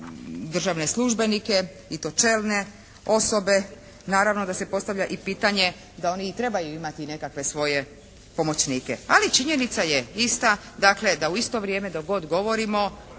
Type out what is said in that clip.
državne službenike i to čelne osobe. Naravno da se postavlja i pitanje da oni i trebaju imati nekakve svoje pomoćnike. Ali činjenica je ista. Dakle, da u isto vrijeme dok god govorimo